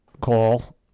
call